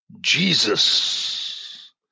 Jesus